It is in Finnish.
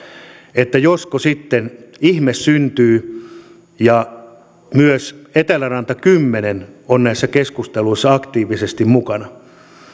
että josko sitten ihme syntyy ja myös eteläranta kymmenen on näissä keskusteluissa aktiivisesti mukana